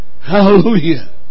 Hallelujah